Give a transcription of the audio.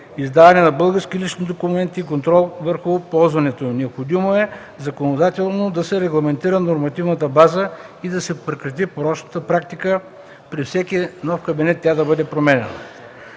издаване на български лични документи и контрол върху ползването им. Необходимо е законодателно да се регламентира нормативната база и да се прекрати порочната практика при всеки нов кабинет тя да бъде променяна.